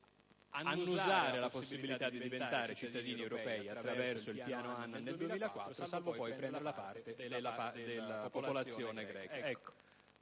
annusare loro la possibilità di diventare cittadini europei, attraverso il "Piano Annan" del 2004, salvo poi prendere la parte della popolazione greca.